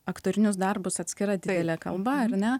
aktorinius darbus atskira didelė kalba ar ne